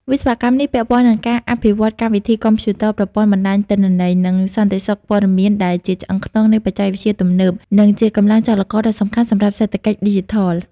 វិស័យនេះពាក់ព័ន្ធនឹងការ អភិវឌ្ឍន៍កម្មវិធីកុំព្យូទ័រប្រព័ន្ធបណ្ដាញទិន្នន័យ និងសន្តិសុខព័ត៌មានដែលជាឆ្អឹងខ្នងនៃបច្ចេកវិទ្យាទំនើប និងជាកម្លាំងចលករដ៏សំខាន់សម្រាប់សេដ្ឋកិច្ចឌីជីថល។